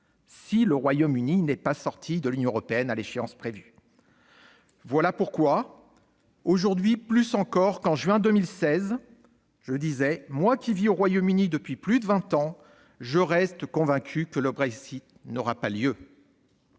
si le Royaume-Uni n'est pas sorti de l'Union européenne à l'échéance prévue. Voilà pourquoi, aujourd'hui plus encore qu'en juin 2016, moi qui vis au Royaume-Uni depuis plus de vingt ans, je reste convaincu que le Brexit n'aura pas lieu.